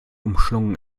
umschlungen